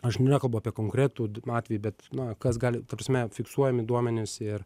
aš nekalbu apie konkretų atvejį bet na kas gali ta prasme fiksuojami duomenys ir